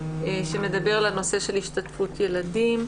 שמדבר על הנושא של השתתפות ילדים,